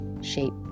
shape